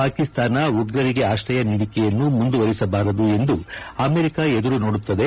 ವಾಕಿಸ್ತಾನ ಉಗ್ರರಿಗೆ ಆಶ್ರಯ ನೀಡಿಕೆಯನ್ನು ಮುಂದುವರೆಸಬಾರದು ಎಂದು ಅಮೆರಿಕ ಎದುರು ನೋಡುತ್ತದೆ